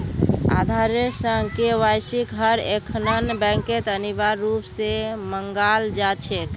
आधारेर संग केवाईसिक हर एकखन बैंकत अनिवार्य रूप स मांगाल जा छेक